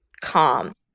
calm